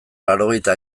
laurogeita